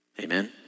Amen